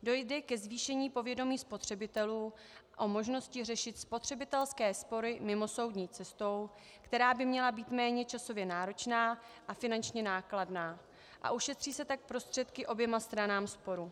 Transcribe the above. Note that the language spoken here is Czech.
Dojde ke zvýšení povědomí spotřebitelů o možnosti řešit spotřebitelské spory mimosoudní cestou, která by měla být méně časově náročná a finančně nákladná, a ušetří se tak prostředky oběma stranám sporu.